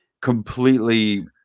completely